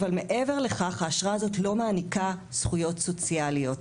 אבל מעבר לכך האשרה הזאת לא מעניקה זכויות סוציאליות.